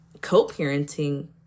co-parenting